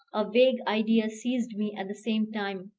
a vague idea seized me at the same time,